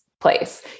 place